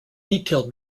detailed